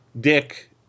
dick